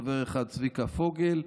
חבר אחד: צביקה פוגל,